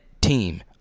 team